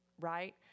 right